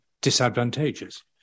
disadvantageous